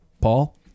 Paul